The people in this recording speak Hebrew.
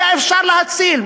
היה אפשר להציל.